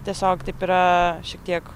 tiesiog taip yra šiek tiek